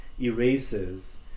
erases